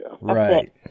Right